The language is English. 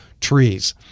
trees